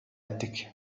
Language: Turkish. ettik